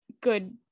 good